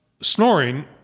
Snoring